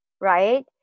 right